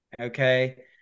Okay